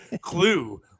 clue